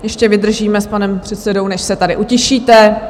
Ještě vydržíme s panem předsedou, než se tady utišíte.